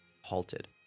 halted